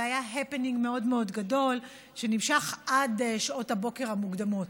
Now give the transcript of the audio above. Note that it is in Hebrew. והיה הפנינג מאוד מאוד גדול שנמשך עד שעות הבוקר המוקדמות.